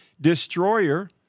destroyer